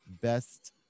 best